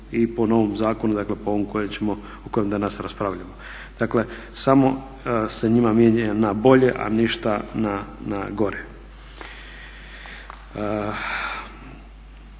i po novom zakonu, dakle po ovom o kojem danas raspravljamo. Dakle, samo se njima mijenja na bolje a ništa na gore.